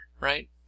right